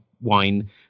Wine